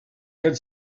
had